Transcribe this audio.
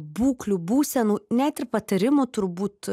būklių būsenų net ir patarimų turbūt